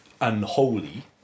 unholy